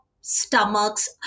stomachs